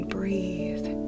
breathe